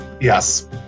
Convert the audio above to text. yes